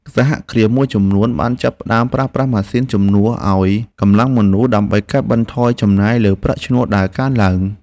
សហគ្រាសមួយចំនួនបានចាប់ផ្តើមប្រើប្រាស់ម៉ាស៊ីនជំនួសឱ្យកម្លាំងមនុស្ស ដើម្បីកាត់បន្ថយចំណាយលើប្រាក់ឈ្នួលដែលកើនឡើង។